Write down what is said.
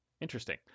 Interesting